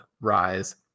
rise